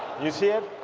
you see it?